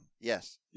Yes